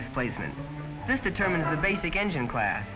displacement this determines the basic engine class